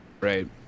Right